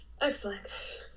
Excellent